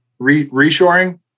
reshoring